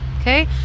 okay